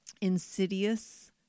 insidious